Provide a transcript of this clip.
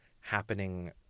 happening